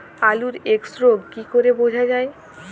আলুর এক্সরোগ কি করে বোঝা যায়?